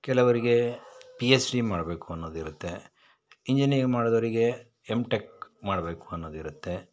ಕೆಲವರಿಗೆ P H D ಮಾಡಬೇಕು ಅನ್ನೋದು ಇರುತ್ತೆ ಇಂಜಿನಿಯರ್ ಮಾಡಿದೋರಿಗೆ ಎಮ್ ಟೆಕ್ ಮಾಡಬೇಕು ಅನ್ನೋದು ಇರುತ್ತೆ